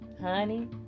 Honey